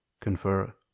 confer